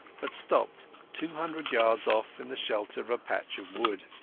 but stopped two hundred yards off in the shelter of a patch of wood.